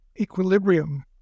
equilibrium